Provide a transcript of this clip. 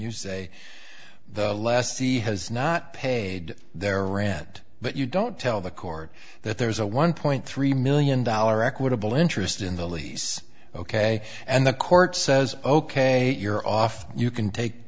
you say the lessee has not paid their rent but you don't tell the court that there's a one point three million dollar equitable interest in the lease ok and the court says ok you're off you can take